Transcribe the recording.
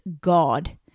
God